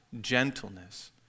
gentleness